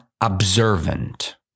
observant